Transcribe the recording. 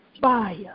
fire